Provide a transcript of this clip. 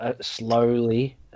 slowly